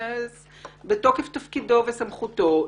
בתוקף תפקידו וסמכותו,